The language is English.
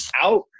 out